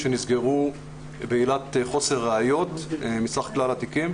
שנסגרו בעילת חוסר ראיות מסך כלל התיקים.